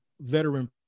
veteran